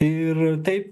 ir taip